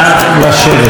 שלי,